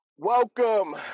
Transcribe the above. Welcome